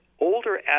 older